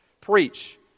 preach